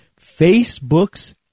Facebook's